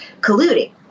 colluding